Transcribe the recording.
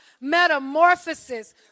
metamorphosis